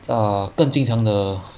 err 更坚强地